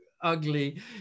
ugly